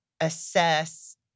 assess